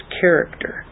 character